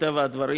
מטבע הדברים,